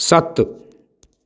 ਸੱਤ